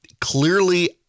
clearly